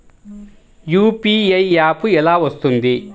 UPI app ఎలా వస్తుంది?